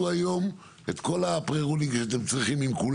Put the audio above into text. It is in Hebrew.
אני מדבר בכלל על הרישוי המשולב במקומות שהוא לא קשור רק לחוק אוויר